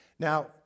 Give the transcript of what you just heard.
Now